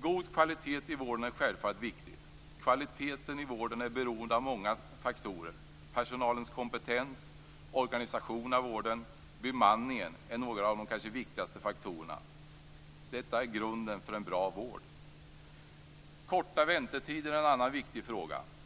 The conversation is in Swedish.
God kvalitet i vården är självfallet viktig. Kvaliteten i vården är beroende av många faktorer. Personalens kompetens, organisation av vården och bemanningen är några av de kanske viktigaste faktorerna. Detta är grunden för en bra vård. Korta väntetider är en annan viktig fråga.